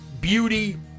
beauty